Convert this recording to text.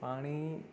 પાણી